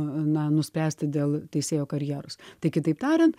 na nuspręsti dėl teisėjo karjeros tai kitaip tariant